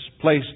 place